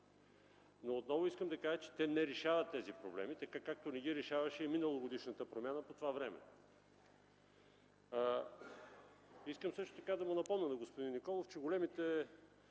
но отново искам да кажа, че те не решават тези проблеми, така както не ги решаваше и миналогодишната промяна по това време. Искам също така да напомня на господин Николов, че големите